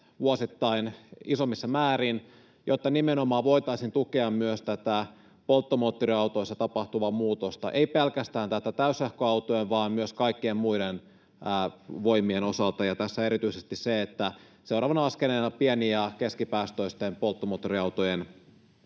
vuosittain isommissa määrin, jotta nimenomaan voitaisiin tukea myös tätä polttomoottoriautoissa tapahtuvaa muutosta — ei pelkästään näiden täyssähköautojen vaan myös kaikkien muiden voimien osalta, ja tässä on erityisesti se, että seuraavana askeleena pieni- ja keskipäästöisten polttomoottoriautojen